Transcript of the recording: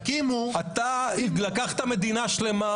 תקימו --- אתה לקחת מדינה שלמה,